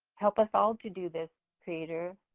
help us all to do this, creator.